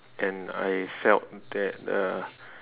and I felt that uh